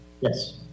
Yes